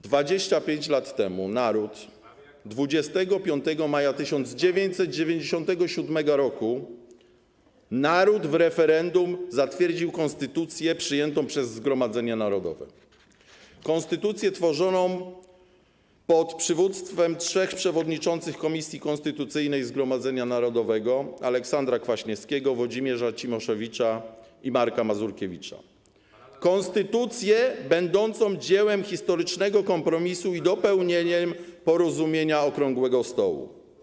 25 lat temu, 25 maja 1997 r. naród w referendum zatwierdził konstytucję przyjętą przez Zgromadzenie Narodowe, konstytucję tworzoną pod przywództwem trzech przewodniczących Komisji Konstytucyjnej Zgromadzenia Narodowego: Aleksandra Kwaśniewskiego, Włodzimierza Cimoszewicza i Marka Mazurkiewicza, konstytucję będącą dziełem historycznego kompromisu i dopełnieniem porozumienia okrągłego stołu.